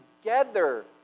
together